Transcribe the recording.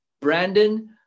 Brandon